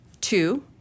Two